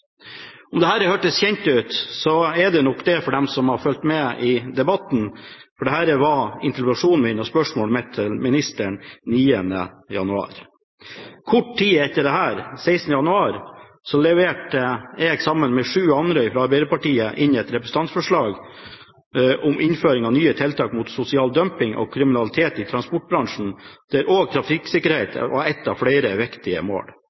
hørtes kjent ut, så er det nok det for dem som har fulgt med i debatten, for dette var interpellasjonen min og spørsmålet mitt til ministeren 9. januar. Kort tid etter dette, 16. januar, leverte jeg inn, sammen med sju andre fra Arbeiderpartiet, et representantforslag om innføring av nye tiltak mot sosial dumping og kriminalitet i transportbransjen, der også trafikksikkerhet var ett av flere viktig mål,